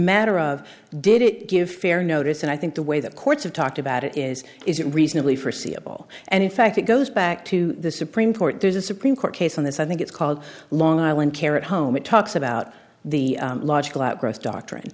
matter of did it give fair notice and i think the way the courts have talked about it is is it reasonably forseeable and in fact it goes back to the supreme court there's a supreme court case on this i think it's called long island care at home it talks about the logical outgrowth doctrine